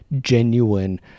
genuine